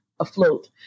afloat